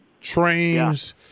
trains